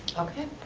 okay.